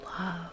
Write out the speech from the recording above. love